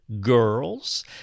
girls